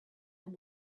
and